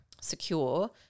secure